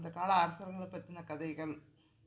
அந்தக் கால அரசருங்களை பற்றின கதைகள்